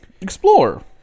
explore